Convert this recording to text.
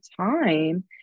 time